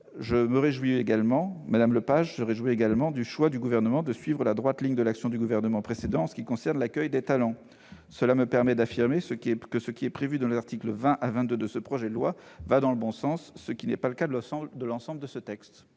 qui ont été introduites. Elle se réjouit également du choix du Gouvernement de suivre la droite ligne de l'action du gouvernement précédent en ce qui concerne l'accueil des « talents ». Cela lui permet d'affirmer que ce qui est prévu dans les articles 20 à 22 de ce projet de loi va dans le bon sens, ce qui n'est pas le cas de l'ensemble de ce texte.